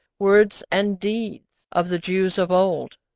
words, and deeds of the jews of old.